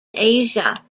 asia